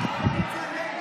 ההצעה להעביר